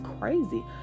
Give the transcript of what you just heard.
crazy